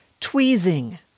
tweezing